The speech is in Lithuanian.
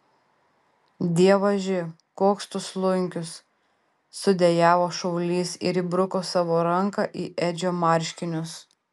dievaži koks tu slunkius sudejavo šaulys ir įbruko savo ranką į edžio marškinius